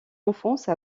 enfance